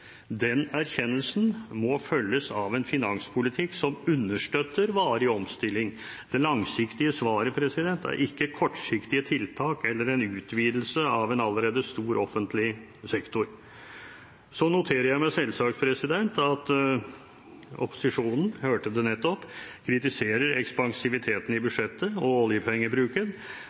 Den erkjennelsen må følges av en finanspolitikk som understøtter varig omstilling. Det langsiktige svaret er ikke kortsiktige tiltak eller en utvidelse av en allerede stor offentlig sektor. Så noterer jeg meg selvsagt at opposisjonen – jeg hørte det nettopp – kritiserer ekspansiviteten i budsjettet og oljepengebruken.